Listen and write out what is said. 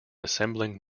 assembling